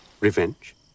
revenge